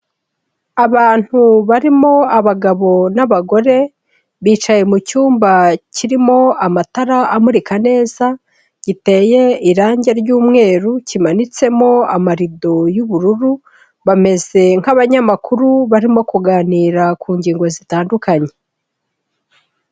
Abantu barimo abagabo n'abagore, bicaye mu cyumba kirimo amatara amurika neza, giteye irange ry'umweru, kimanitsemo amarido y'ubururu, bameze nk'abanyamakuru barimo kuganira ku ngingo zitandukanye.